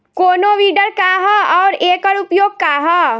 कोनो विडर का ह अउर एकर उपयोग का ह?